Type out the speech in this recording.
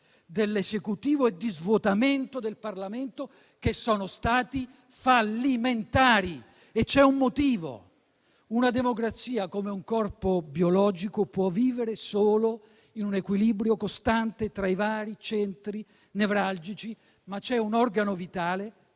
dell'Esecutivo e di svuotamento del Parlamento che sono stati fallimentari. E c'è un motivo: una democrazia - come un corpo biologico - può vivere solo in un equilibrio costante tra i vari centri nevralgici, ma c'è un organo vitale,